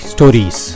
Stories